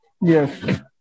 Yes